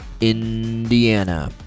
Indiana